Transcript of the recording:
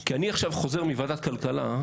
כי אני עכשיו חוזר מוועדת כלכלה,